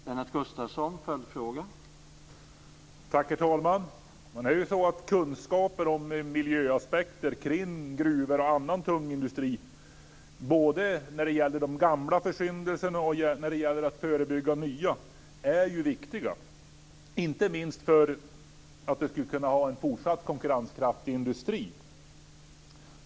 Herr talman! Kunskaper om miljöaspekter kring gruvor och annan tung industri, både när det gäller gamla försyndelser och när det gäller att förebygga nya, är viktiga - inte minst för att kunna ha en fortsatt konkurrenskraftig industri.